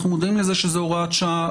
אנחנו מודעים לזה שזו הוראת שעה,